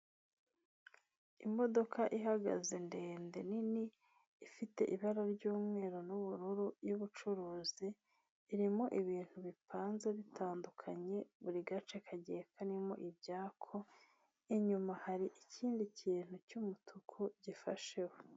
Imodoka ihagaze ndende, nini, ifite ibara ry'umweru n'ubururu y'ubucuruzi, irimo ibintu bipanze bitandukanye, buri gace kagiye karimo ibyako, inyuma hari ikindi kintu cy'umutuku gifasheho.